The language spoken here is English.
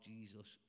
Jesus